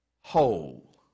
whole